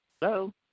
Hello